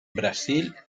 brasil